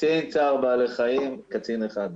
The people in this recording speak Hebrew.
קצין צער בעלי חיים, קצין אחד.